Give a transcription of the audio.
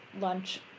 lunch